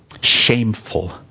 shameful